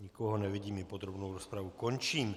Nikoho nevidím, podrobnou rozpravu končím.